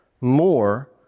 more